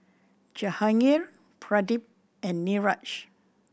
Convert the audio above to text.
Jahangir Pradip and Niraj